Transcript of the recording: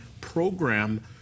program